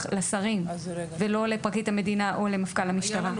לשרים ולא לפרקליט המדינה או למפכ"ל המשטרה.